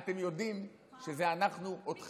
אתם יודעים שזה אנחנו אתכם.